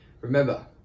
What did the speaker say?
Remember